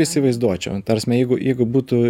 įsivaizduočiau ta prasme jeigu jeigu būtų